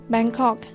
Bangkok